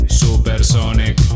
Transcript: supersonic